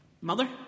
Mother